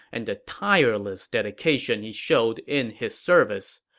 and the tireless dedication he showed in his service.